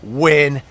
win